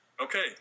Okay